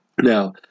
Now